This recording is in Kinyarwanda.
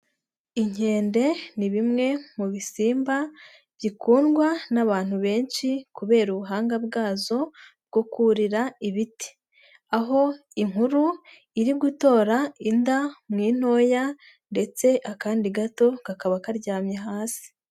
Inkende ni bimwe mu bisimba bikundwa n'abantu benshi kubera ubuhanga bwayo bwo kurira ibiti, aho inkuru iri gutora inda mu ntoya, ndetse akandi gato kakaba karyamye hasi.